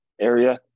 area